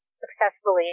successfully